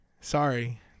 Sorry